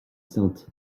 sainte